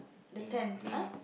ya ya